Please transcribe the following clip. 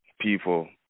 people –